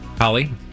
Holly